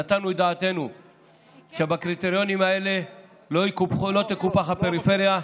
נתנו את דעתנו שבקריטריונים האלה לא תקופח הפריפריה,